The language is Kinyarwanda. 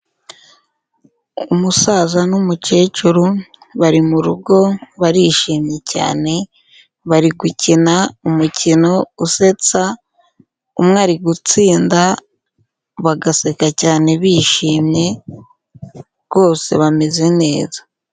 Umusaza n'umukecuru bari murugo barishimye cyane, bari gukina umukino usetsa, umwe ari gutsinda bagaseka cyane bishimye, rwose bameze neza.